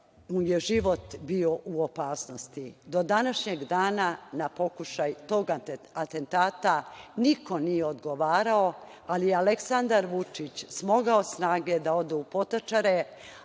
mu je život bio u opasnosti. Do današnjeg dana na pokušaj tog atentata niko nije odgovarao, ali je Aleksandar Vučić smogao snage da ode u Potočare